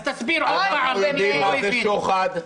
אז תסביר שוב למי שלא הבין.